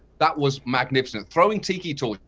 that was magnificent. throwing tiki torches,